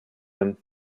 him